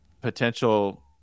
potential